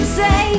say